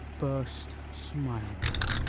burst smilingly.